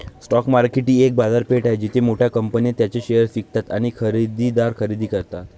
stock market ही एक बाजारपेठ आहे जिथे मोठ्या कंपन्या त्यांचे शेअर्स विकतात आणि खरेदीदार खरेदी करतात